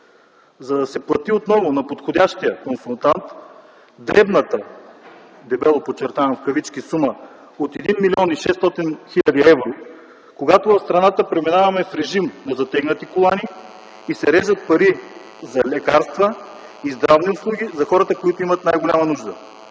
За да се плати отново на подходящия консултант дребната, дебело подчертавам в кавички, сума от 1 млн. 600 хил. евро, когато в страната преминаваме в режим на затегнати колани и се режат пари за лекарства и здравни услуги за хората, които имат най-голяма нужда.